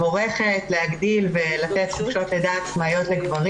מבורכת להגדיל ולתת חופשות לידה עצמאיות לגברים.